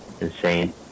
insane